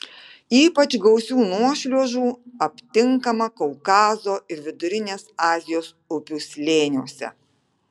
ypač gausių nuošliaužų aptinkama kaukazo ir vidurinės azijos upių slėniuose